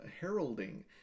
heralding